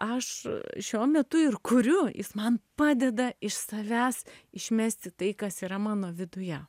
aš šiuo metu ir kuriu jis man padeda iš savęs išmesti tai kas yra mano viduje